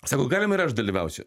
sako galima ir aš dalyvausiu